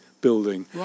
building